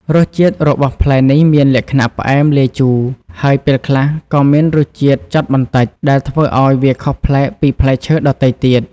រសជាតិរបស់ផ្លែនេះមានលក្ខណៈផ្អែមលាយជូរ ហើយពេលខ្លះក៏មានរសជាតិចត់បន្តិច ដែលធ្វើឲ្យវាខុសប្លែកពីផ្លែឈើដទៃទៀត។